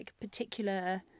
particular